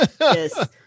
Yes